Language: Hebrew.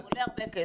הוא עולה הרבה כסף.